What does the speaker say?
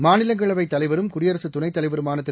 மாநிலங்களவைதலைவரும் குடியரசுத் துணைத் தலைவருமானதிரு